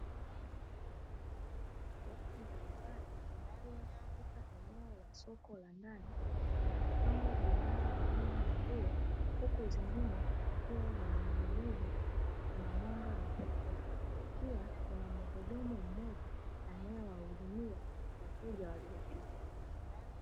Watu mbalimbali wakiwa katika eneo la soko la ndani lililopangwa bidhaa aina ya nguo, huku zingine zikiwa zimening'inizwa na kuna mwanga wa kutosha. Pia kuna mhudumu mmoja anayewahudumia wateja waliofika.